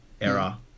era